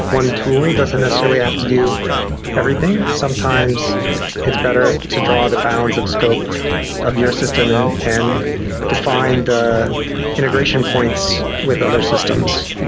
one tool doesn't necessarily have to do everything. sometimes it's better to draw the bounds of scope of your system and and define the integration points with other systems,